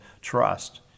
trust